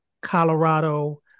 Colorado